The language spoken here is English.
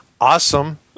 awesome